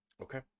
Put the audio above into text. Okay